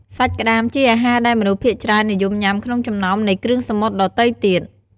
សាច់ក្តាមជាអាហារដែលមនុស្សភាគច្រើននិយមញុាំក្នុងចំណោមនៃគ្រឿងសមុទ្រដទៃទៀត។